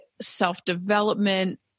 self-development